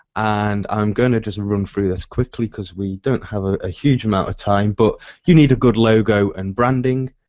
and i'm going to just run through this quickly because we don't have ah a huge amount of time but you need a good logo and branding.